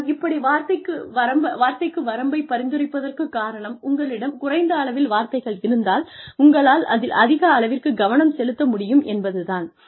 நான் இப்படி வார்த்தைக்கு வரம்பை பரிந்துரைப்பதற்குக் காரணம் உங்களிடம் குறைந்த அளவில் வார்த்தைகள் இருந்தால் உங்களால் அதில் அதிக அளவிற்கு கவனம் செலுத்த முடியும் என்பது தான்